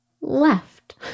left